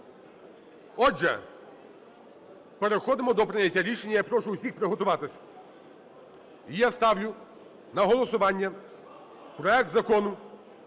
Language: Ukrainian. Отже, переходимо до прийняття рішення. Я прошу всіх приготуватись. Я ставлю на голосування проект Закону